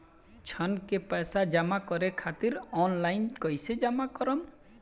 ऋण के पैसा जमा करें खातिर ऑनलाइन कइसे जमा करम?